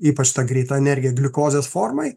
ypač ta greita energija gliukozės formoj